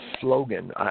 slogan